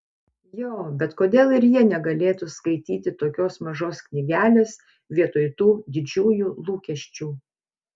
jo bet kodėl ir jie negalėtų skaityti tokios mažos knygelės vietoj tų didžiųjų lūkesčių